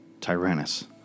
Tyrannus